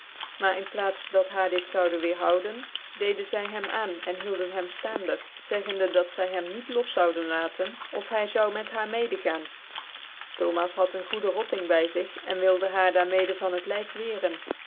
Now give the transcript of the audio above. r in plaats det haar dit zoude weerhouden deeden zy hem aan cn hielden hem ftaandc zeggende dat zy hem niet los zoude laten of hy zoude met haar mede gaan thomas had een goede rotting by zig cn wilde haar daar mede van het lyf wecrenj